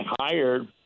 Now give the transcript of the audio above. hired